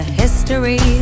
history